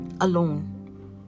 alone